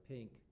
Pink